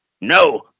No